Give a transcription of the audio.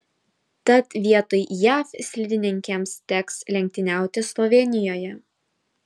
tad vietoj jav slidininkėms teks lenktyniauti slovėnijoje